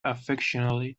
affectionately